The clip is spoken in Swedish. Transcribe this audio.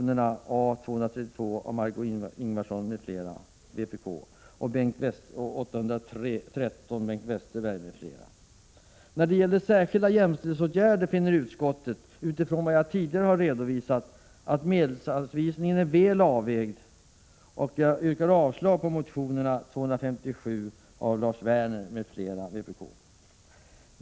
När det gäller särskilda jämställdhetsåtgärder finner utskottet, med hänsyn till det jag tidigare redovisat, att medelsanvisningen är väl avvägd, och jag yrkar avslag på motion A257 av Lars Werner m.fl.